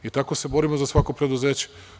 Tako se borimo za svako preduzeće.